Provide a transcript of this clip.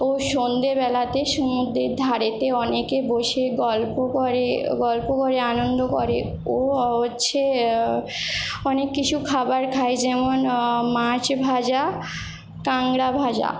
ও সন্ধেবেলাতে সমুদ্রের ধারেতে অনেকে বসে গল্প করে গল্প করে আনন্দ করে ও হচ্ছে অনেক কিছু খাবার খায় যেমন মাছ ভাজা কাঁকড়া ভাজা